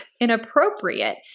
inappropriate